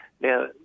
Now